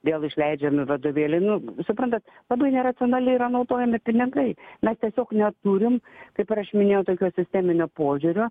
vėl išleidžiami vadovėliai nu suprantat labai neracionaliai yra naudojami pinigai na tiesiog neturim kaip ir aš minėjau tokio sisteminio požiūrio